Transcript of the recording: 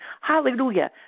Hallelujah